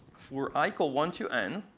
for i equal one to n,